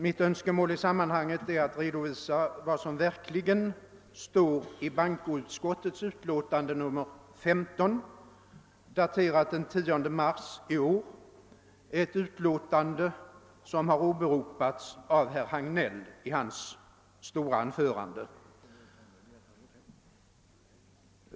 Mitt önskemål är att redovisa vad som verkligen står i bankoutskottets utlåtande nr 15, daterat den 10 mars i år — ett utlåtande som har åberopats av herr Hagnell i dennes stora anförande.